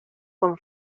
con